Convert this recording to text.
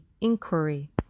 inquiry